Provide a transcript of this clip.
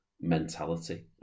mentality